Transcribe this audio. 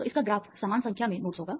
तो इसका ग्राफ समान संख्या में नोड्स होगा